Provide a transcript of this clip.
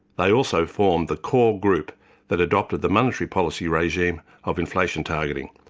they also formed the core group that adopted the monetary policy regime of inflation targeting,